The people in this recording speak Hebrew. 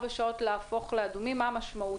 לאדומים מה ההשפעה?